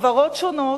חברות שונות,